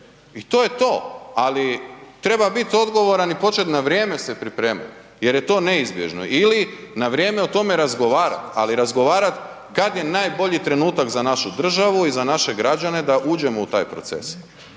i to je to. Ali treba biti odgovoran i počet na vrijeme se pripremat jer je to neizbježno ili na vrijeme o tome razgovarat ali razgovarat kad je najbolji trenutak za našu državu i za naše građane da uđemo u taj proces